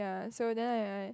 and so then I I I